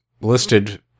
listed